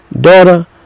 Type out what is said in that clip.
daughter